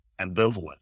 ambivalent